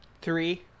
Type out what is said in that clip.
three